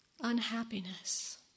unhappiness